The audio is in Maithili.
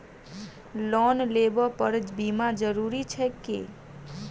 लोन लेबऽ पर बीमा जरूरी छैक की?